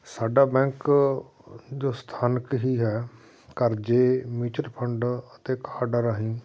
ਸਾਡਾ ਬੈਂਕ ਜੋ ਸਥਾਨਕ ਹੀ ਹੈ ਕਰਜ਼ੇ ਮਿਊਚਲ ਫੰਡ ਅਤੇ ਕਾਰਡ ਰਾਹੀਂ